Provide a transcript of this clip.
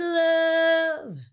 love